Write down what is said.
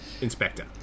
Inspector